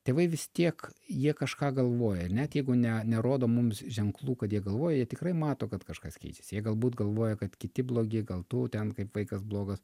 tėvai vis tiek jie kažką galvoja net jeigu ne nerodo mums ženklų kad jie galvoja jie tikrai mato kad kažkas keičiasi jie galbūt galvoja kad kiti blogi gal tu ten kaip vaikas blogas